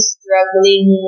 struggling